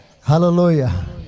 Hallelujah